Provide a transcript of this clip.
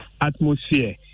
atmosphere